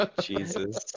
Jesus